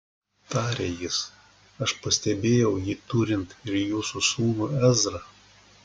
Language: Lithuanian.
tarė jis aš pastebėjau jį turint ir jūsų sūnų ezrą